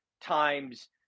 times